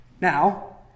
Now